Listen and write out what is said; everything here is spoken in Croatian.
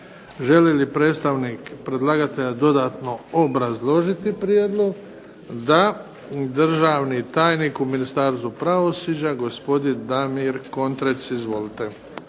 Želi li predstavnik predlagatelja dodatno obrazložiti prijedlog? Da. Državni tajnik u Ministarstvu pravosuđa, gospodin Damir Kontrec, izvolite.